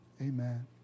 Amen